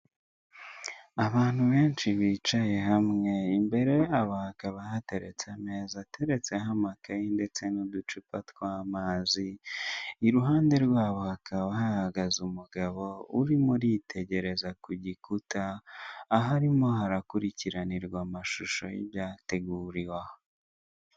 Abantu benshi bicaye hamwe, imbere yabo hakaba hateretse ameza ateretseho amakaye ndetse n'uducupa tw'amazi, iruhande rwabo hakaba hahaze umugabo urimo uritegereza ku gikuta aharimo harakurikiranirwa amashusho y'ibyateguriwe aho.